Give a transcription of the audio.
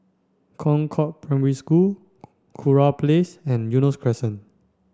Concord Primary School Kurau Place and Eunos Crescent